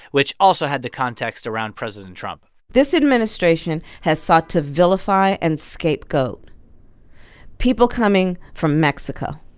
which also had the context around president trump this administration has sought to vilify and scapegoat people coming from mexico